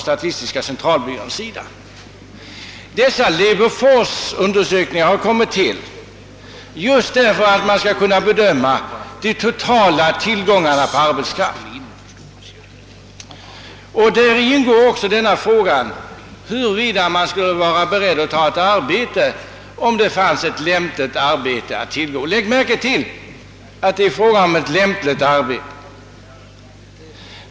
Dessa undersökningar har tillkommit just för att man skall kunna bedöma den totala tillgången på arbetskraft, och i dem ingår också frågan huruvida vederbörande är beredd att ta ett arbete, om det finns ett lämpligt arbete att tillgå. Lägg märke till att det här gäller ett lämpligt arbete.